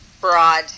broad